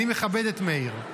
אני מכבד את מאיר.